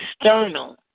external